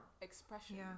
expression